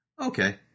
okay